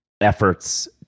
efforts